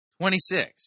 26